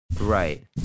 Right